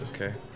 Okay